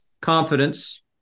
confidence